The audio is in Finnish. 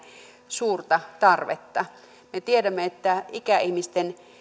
suurta tarvetta me tiedämme että ikäihmisten